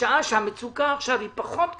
בשעה שהמצוקה עכשיו היא פחות קשה,